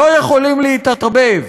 לא יכולות להתערבב,